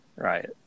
Right